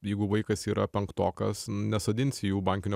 jeigu vaikas yra penktokas nesodins jų bankinio